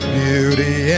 beauty